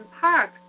park